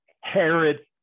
Herod